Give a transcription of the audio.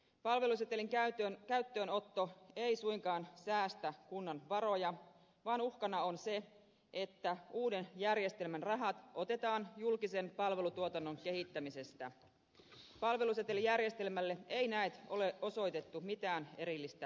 palvelusetelin käyttöönotto ei suinkaan säästä kunnan varoja vaan uhkana on se että uuden järjestelmän rahat otetaan julkisen palvelutuotannon kehittämisestä palvelusetelijärjestelmälle ei näet ole osoitettu mitään erillistä rahoitusta